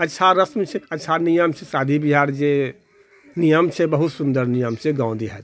अच्छा रस्म छै अच्छा नियम छै शादी बियाह आर जे नियम छै बहुत सुन्दर नियम छै गाँव देहातमे